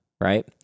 right